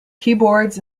keyboards